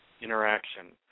interaction